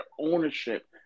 ownership